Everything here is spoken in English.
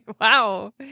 Wow